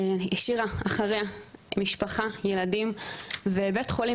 היא השאירה אחריה משפחה וילדים ובית חולים